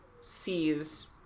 sees